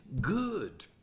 good